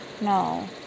No